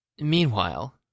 meanwhile